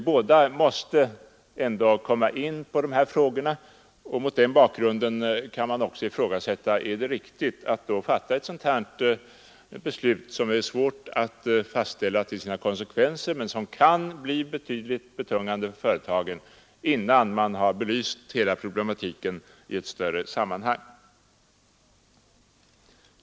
Båda måste ändå komma in på de här frågorna, och mot den bakgrunden kan man ifrågasätta om det är riktigt att nu fatta ett beslut — vars konsekvenser är svåra att överblicka men som kan bli avsevärt betungande för företagen — innan hela problematiken har belysts i ett större sammanhang.